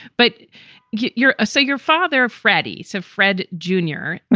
but you're a say your father, freddie. so fred junior,